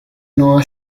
nueva